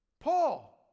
Paul